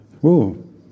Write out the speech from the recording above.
whoa